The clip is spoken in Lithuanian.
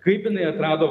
kaip jinai atrado